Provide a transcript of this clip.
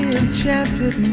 enchanted